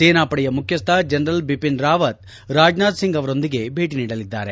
ಸೇನಾಪಡೆಯ ಮುಖ್ಲಸ್ನ ಜನರಲ್ ಬಿಪಿನ್ ರಾವತ್ ರಾಜನಾಥ್ ಸಿಂಗ್ ಅವರೊಂದಿಗೆ ಭೇಟಿ ನೀಡಲಿದ್ದಾರೆ